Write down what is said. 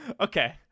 okay